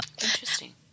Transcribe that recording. Interesting